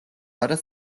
არა